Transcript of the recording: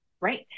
right